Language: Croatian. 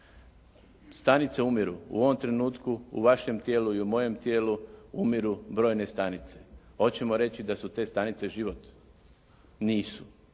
Stanice umiru. U ovom trenutku u vašem tijelu i u mojem tijelu umiru brojne stanice. Hoćemo reći da su te stanice život? Nisu.